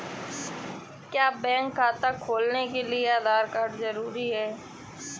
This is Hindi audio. क्या बैंक खाता खोलने के लिए आधार कार्ड जरूरी है?